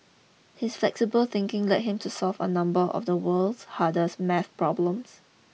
his flexible thinking led him to solve a number of the world's hardest math problems